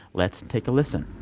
let's and take a listen